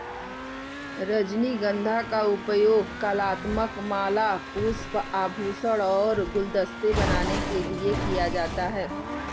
रजनीगंधा का उपयोग कलात्मक माला, पुष्प, आभूषण और गुलदस्ते बनाने के लिए किया जाता है